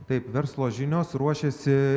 taip verslo žinios ruošiasi